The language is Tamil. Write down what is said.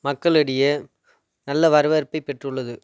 மக்களிடையே நல்ல வரவேற்பை பெற்றுள்ளது